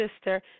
sister